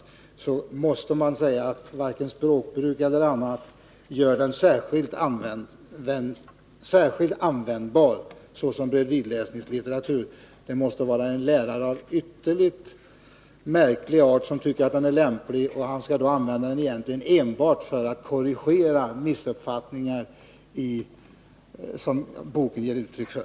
Därför måste man säga att varken språkbruk eller annat gör boken användbar såsom bredvidläsningslitteratur. Det måste vara en lärare av ytterligt märklig art som tycker att boken är lämplig. Han skall i så fall använda boken enbart för att korrigera missuppfattningar som den ger uttryck för.